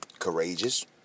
Courageous